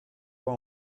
pas